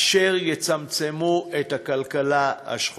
אשר יצמצם את הכלכלה השחורה.